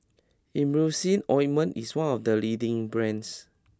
Emulsying Ointment is one of the leading brands